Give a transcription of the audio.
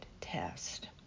test